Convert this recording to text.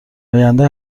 آینده